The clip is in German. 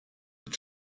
mit